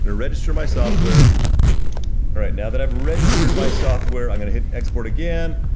and register my software. all right, now that i've registered my software, i'm gonna hit export again,